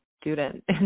student